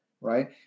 right